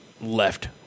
left